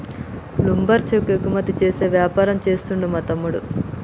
lumber చెక్క ఎగుమతి చేసే వ్యాపారం చేస్తుండు మా తమ్ముడు